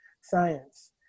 science